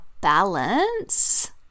balance